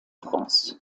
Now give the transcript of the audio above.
france